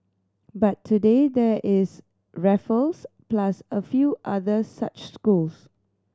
but today there is Raffles plus a few other such schools